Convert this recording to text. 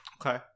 Okay